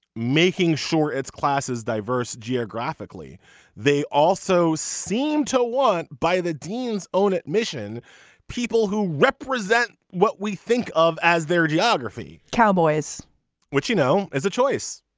making sure its classes diverse geographically they also seem to want by the dean's own admission people who represent what we think of as their geography cowboys which you know is a choice